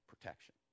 protection